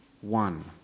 one